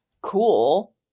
cool